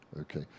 okay